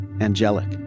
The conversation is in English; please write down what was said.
angelic